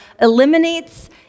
eliminates